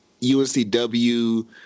UNCW